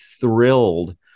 thrilled